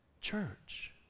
Church